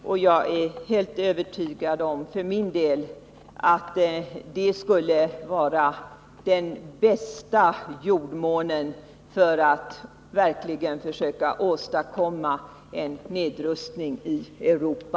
Jag är för min del helt övertygad om att det skulle vara den bästa jordmånen för att verkligen försöka åstadkomma en nedrustning i Europa.